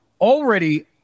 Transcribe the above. already